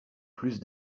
plus